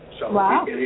Wow